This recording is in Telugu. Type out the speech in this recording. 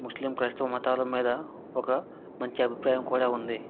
ముస్లిం క్రైస్తువు మతాల మీద ఒక మంచి అభిప్రాయం కూడా ఉంది